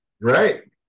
Right